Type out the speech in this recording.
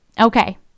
Okay